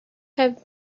have